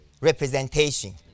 representation